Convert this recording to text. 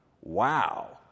wow